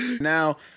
now